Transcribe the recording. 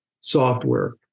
software